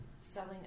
selling